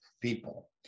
people